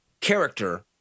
character